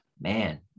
Man